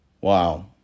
Wow